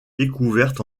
découvertes